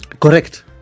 correct